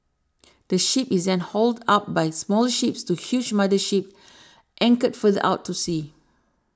the is then hauled up by smaller ships to huge mother ships anchored further out to sea